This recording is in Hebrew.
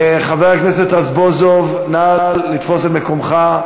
חבר הכנסת רזבוזוב, נא לתפוס את מקומך.